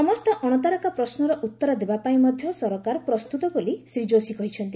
ସମସ୍ତ ଅଣତାରକା ପ୍ରଶ୍ୱର ଉତ୍ତର ଦେବାପାଇଁ ମଧ୍ୟ ସରକାର ପ୍ରସ୍ତୁତ ବୋଲି ଶ୍ରୀ ଯୋଶୀ କହିଛନ୍ତି